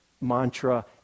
mantra